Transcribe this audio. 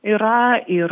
yra ir